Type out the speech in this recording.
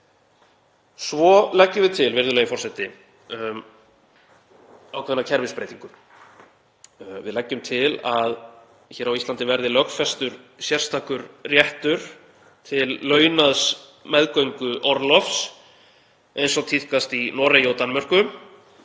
Svo leggjum við til, virðulegi forseti, ákveðna kerfisbreytingu. Við leggjum til að hér á Íslandi verði lögfestur sérstakur réttur til launaðs meðgönguorlofs eins og tíðkast í Noregi og Danmörku,